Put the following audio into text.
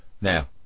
Now